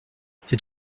c’est